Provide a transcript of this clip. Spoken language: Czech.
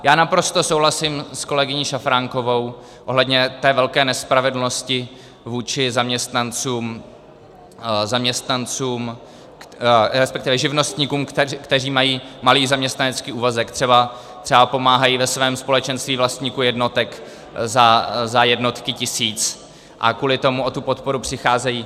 Já naprosto souhlasím s kolegyní Šafránkovou ohledně té velké nespravedlnosti vůči zaměstnancům, respektive živnostníkům, kteří mají malý zaměstnanecký úvazek, třeba pomáhají ve svém společenství vlastníků jednotek za jednotky tisíc, a kvůli tomu o tu podporu přicházejí.